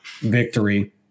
victory